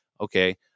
okay